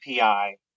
API